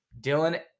Dylan